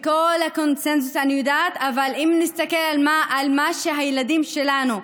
אבל אם נסתכל על הילדים שלנו,